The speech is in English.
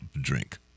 drink